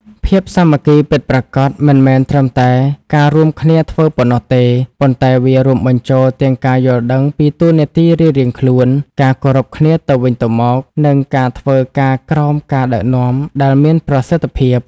ភាពសាមគ្គីពិតប្រាកដមិនមែនត្រឹមតែការរួមគ្នាធ្វើប៉ុណ្ណោះទេ ប៉ុន្តែវារួមបញ្ចូលទាំងការយល់ដឹងពីតួនាទីរៀងៗខ្លួន ការគោរពគ្នាទៅវិញទៅមក និងការធ្វើការក្រោមការដឹកនាំដែលមានប្រសិទ្ធភាព។